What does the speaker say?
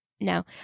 no